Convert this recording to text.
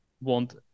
want